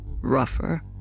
rougher